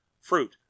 fruit